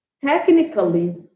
technically